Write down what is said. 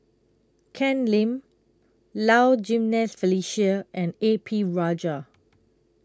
Ken Lim Low Jimenez Felicia and A P Rajah